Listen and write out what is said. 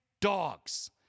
dogs